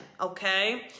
okay